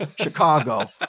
Chicago